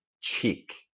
cheek